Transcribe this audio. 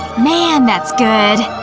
man, that's good.